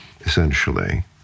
essentially